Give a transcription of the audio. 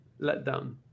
letdown